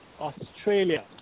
Australia